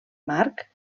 marc